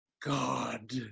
God